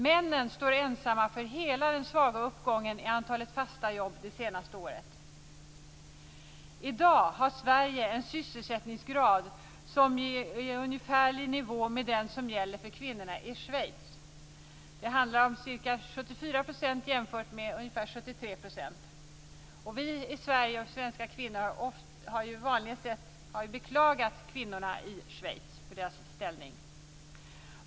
Männen står ensamma för hela den svaga uppgången i antalet fasta jobb det senaste året. I dag har Sverige en sysselsättningsgrad som ligger i ungefärlig nivå med den som gäller för kvinnorna i Schweiz. Det handlar om ca 74 % jämfört med ungefär 73 %. Svenska kvinnor har ju beklagat kvinnorna i Schweiz och deras ställning.